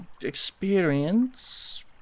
experience